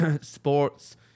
sports